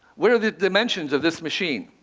what are the dimensions of this machine?